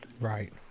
right